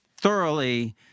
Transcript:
thoroughly